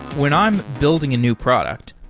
when i'm building a new product,